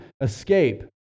escape